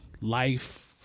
life